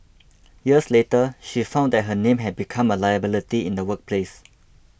years later she found that her name had become a liability in the workplace